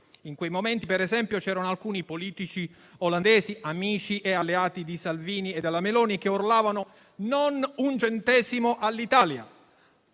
In quei momenti, alcuni politici olandesi, amici e alleati di Salvini e della Meloni, urlavano: non un centesimo all'Italia.